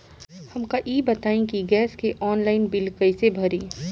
हमका ई बताई कि गैस के ऑनलाइन बिल कइसे भरी?